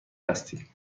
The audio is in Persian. هستی